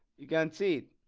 you can see it